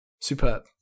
superb